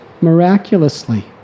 miraculously